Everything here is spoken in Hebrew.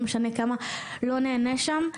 לא משנה כמה לא ניהנה שם,